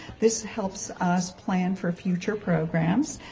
this helps us plan for future programs.